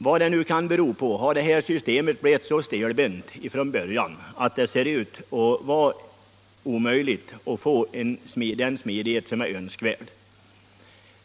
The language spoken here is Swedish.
Vad det nu kan bero på så har detta system blivit så stelbent från början att det ser ut att vara omöjligt att få den smidighet som är önskvärd.